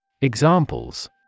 Examples